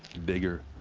bigger.